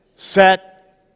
Set